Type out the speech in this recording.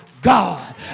God